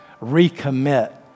recommit